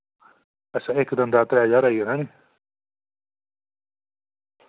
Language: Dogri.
सर इक्क दंदै दा त्रैऽ ज्हार रपेआ आई जाना नी